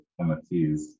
MFTs